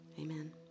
Amen